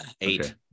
eight